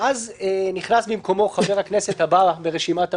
ואז נכנס במקומו חבר הכנסת הבא ברשימת המועמדים,